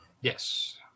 Yes